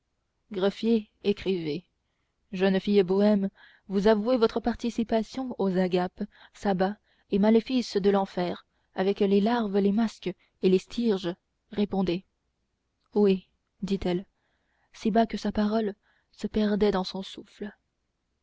greffier écrivez jeune fille bohème vous avouez votre participation aux agapes sabbats et maléfices de l'enfer avec les larves les masques et les stryges répondez oui dit-elle si bas que sa parole se perdait dans son souffle